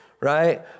right